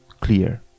clear